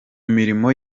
mirimo